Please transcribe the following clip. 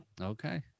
Okay